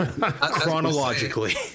chronologically